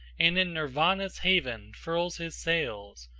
and in nirvana's haven furls his sails,